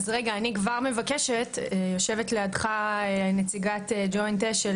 אני כבר מבקשת --- יושבת לידך נציגת מט"ב,